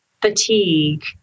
fatigue